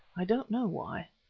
i don't know why.